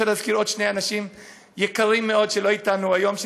אני רוצה להזכיר עוד שני אנשים יקרים מאוד שלא אתנו היום,